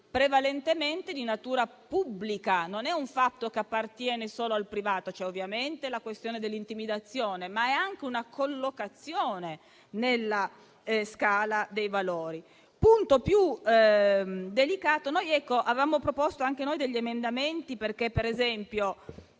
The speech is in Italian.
prevalentemente di natura pubblica; non è un fatto che appartiene solo al privato; c'è ovviamente la questione dell'intimidazione, ma il fatto è che ha anche una diversa collocazione nella scala dei valori. Vi è un punto più delicato su cui avevamo proposto anche noi degli emendamenti: ad esempio,